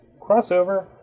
Crossover